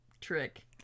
trick